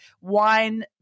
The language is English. wine